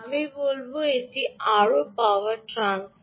আমি বলব এটি আরও পাওয়ার ট্রান্সফার